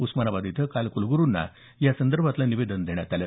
उस्मानाबाद इथं काल कुलगुरुंना यासंदर्भातलं निवेदन देण्यात आलं